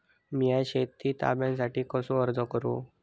मीया शेत तळ्यासाठी कसो अर्ज करू?